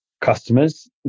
customers